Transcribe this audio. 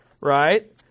right